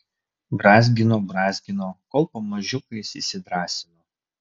brązgino brązgino kol pamažiukais įsidrąsino